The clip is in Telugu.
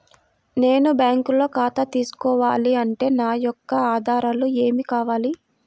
నేను బ్యాంకులో ఖాతా తీసుకోవాలి అంటే నా యొక్క ఆధారాలు ఏమి కావాలి?